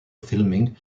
filming